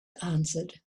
answered